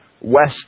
west